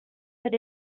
but